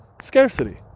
Scarcity